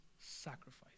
sacrifice